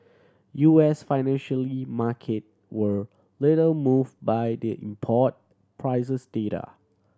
U S financially market were little moved by the import prices data